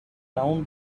down